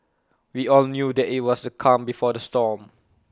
we all knew that IT was the calm before the storm